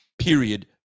Period